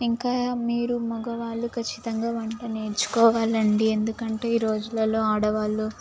ఇంకా మీరు మగవాళ్ళు ఖచ్చితంగా వంట నేర్చుకోవాలి అండి ఎందుకంటే ఈరోజులలో ఆడవాళ్ళు